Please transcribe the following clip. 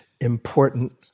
important